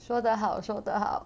说得好说得好